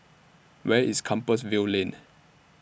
Where IS Compassvale Lane